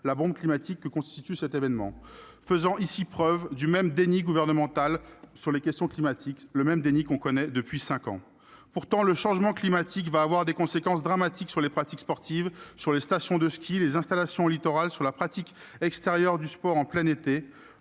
la bombe climatique, que constitue cet événement. C'est toujours le même déni gouvernemental sur les questions climatiques, que nous connaissons depuis cinq ans ! Pourtant, le changement climatique aura des conséquences dramatiques sur les pratiques sportives, les stations de ski, les installations littorales, le sport en extérieur et en plein été.